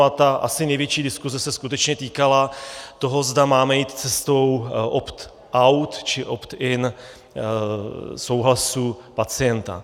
A ta asi největší diskuze se skutečně týkala toho, zda máme jít cestou optout, či optin souhlasu pacienta.